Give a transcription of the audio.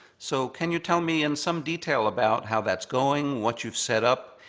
so can you tell me in some detail about how that's going, what you've set up,